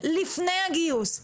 לפני הגיוס.